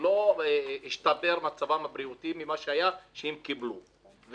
לא השתפר מצב הבריאות שלהם ממה שהיה כאשר הם קיבלו את התג,